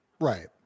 Right